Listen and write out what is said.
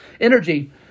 Energy